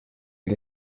día